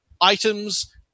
items